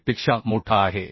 6Vd पेक्षा मोठा आहे